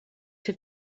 have